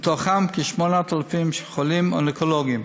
ומתוכם כ-8,000 חולים אונקולוגיים.